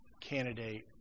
candidate